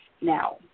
now